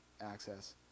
access